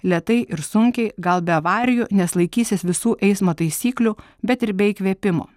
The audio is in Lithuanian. lėtai ir sunkiai gal be avarijų nes laikysis visų eismo taisyklių bet ir be įkvėpimo